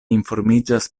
informiĝas